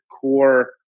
core